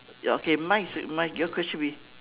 ya okay mine is mine your question be